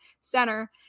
center